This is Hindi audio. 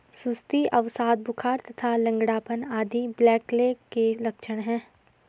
सुस्ती, अवसाद, बुखार तथा लंगड़ापन आदि ब्लैकलेग के लक्षण हैं